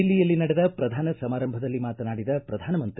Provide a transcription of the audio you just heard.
ದಿಲ್ಲಿಯಲ್ಲಿ ನಡೆದ ಪ್ರಧಾನ ಸಮಾರಂಭದಲ್ಲಿ ಮಾತನಾಡಿದ ಪ್ರಧಾನಮಂತ್ರಿ